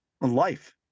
life